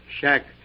shack